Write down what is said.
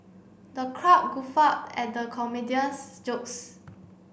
the crowd guffawed at the comedian's jokes